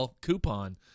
coupon